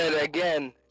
again